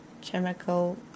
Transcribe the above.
chemical